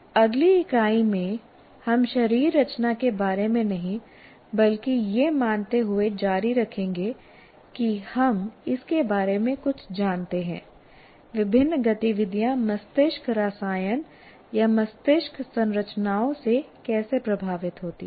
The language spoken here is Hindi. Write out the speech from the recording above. अगली इकाई में हम शरीर रचना के बारे में नहीं बल्कि यह मानते हुए जारी रखेंगे कि हम इसके बारे में कुछ जानते हैं विभिन्न गतिविधियाँ मस्तिष्क रसायन या मस्तिष्क संरचनाओं से कैसे प्रभावित होती हैं